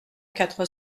quatre